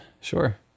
sure